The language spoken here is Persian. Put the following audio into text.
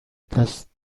دست